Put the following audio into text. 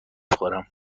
خورم